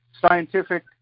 scientific